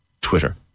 Twitter